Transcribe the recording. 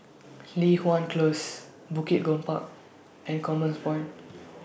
Li Hwan Close Bukit Gombak and Commerce Point